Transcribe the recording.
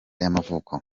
y’amavuko